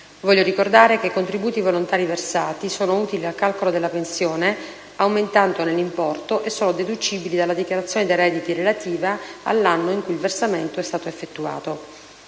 Voglio ricordare che i contributi volontari versati sono utili al calcolo della pensione, aumentandone l'importo, e sono deducibili dalla dichiarazione dei redditi relativa all'anno in cui il versamento è stato effettuato.